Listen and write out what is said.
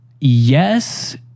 Yes